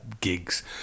gigs